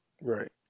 Right